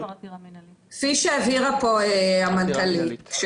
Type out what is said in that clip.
כפי שהבהירה פה המנכ"לית,